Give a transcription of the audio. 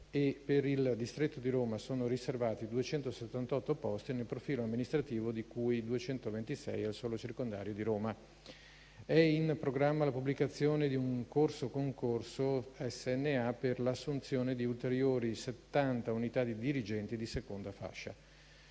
per il distretto di Roma sono riservati 278 posti nel profilo amministrativo, di cui 226 nel solo circondario di Roma. È in programma la pubblicazione di un corso concorso SNA (Scuola nazionale dell'amministrazione) per l'assunzione di ulteriori 70 unità di dirigenti di seconda fascia.